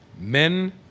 men